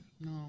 No